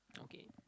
okay